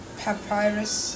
papyrus